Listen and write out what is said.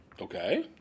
Okay